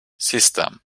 system